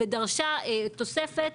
ודרשה תוספת.